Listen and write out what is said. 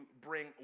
bring